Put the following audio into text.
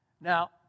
Now